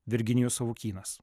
virginijus savukynas